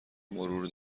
مرور